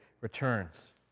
returns